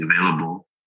available